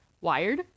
wired